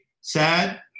sad